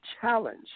challenge